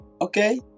Okay